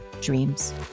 dreams